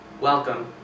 Welcome